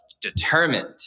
determined